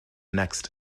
next